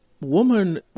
woman